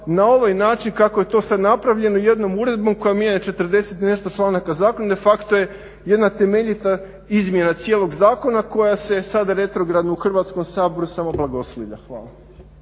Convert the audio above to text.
na ovaj način kako je to sada napravljeno jednom uredbom koja mijenja 40 i nešto članaka zakona i de facto je jedna temeljita izmjena cijelog zakona koja se sada retrogradno u Hrvatskom saboru samo blagoslivlja. Hvala.